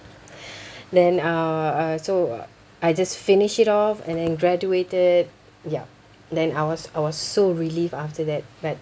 then uh uh so I just finish it off and then graduated yup then I was I was so relief after that but